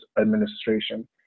administration